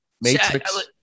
Matrix